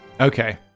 Okay